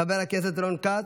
חבר הכנסת רון כץ.